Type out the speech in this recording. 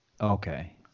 okay